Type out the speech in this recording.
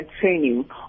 training